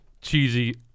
cheesy